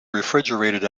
refrigerated